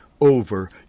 over